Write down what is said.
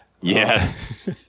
Yes